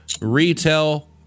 retail